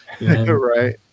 Right